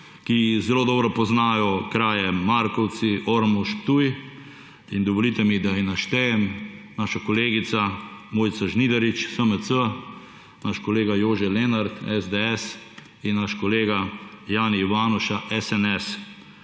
ki zelo dobro poznajo kraje Markovci, Ormož, Ptuj in dovolite mi, da jih naštejem naša kolegica Mojca Žnidarič SMC, naš kolega Jože Lenart SDS in naš kolega Jani Ivanuša SNS.